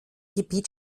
gebiet